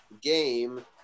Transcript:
game